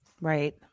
right